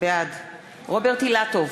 בעד רוברט אילטוב,